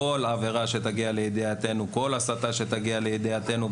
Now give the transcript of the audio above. כל עבירה וכל הסתה שתגיע לידיעתנו,